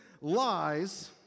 lies